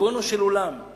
ריבונו של עולם,